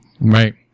Right